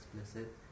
explicit